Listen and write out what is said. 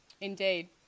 Indeed